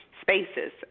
spaces